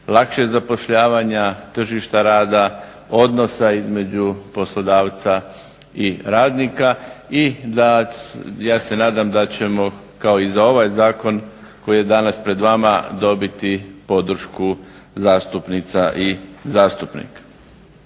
lakšeg zapošljavanja, tržišta rada, odnosa između poslodavca i radnika. I ja se nadam da ćemo kao i za ovaj zakon koji je danas pred vama dobiti podršku zastupnica i zastupnika.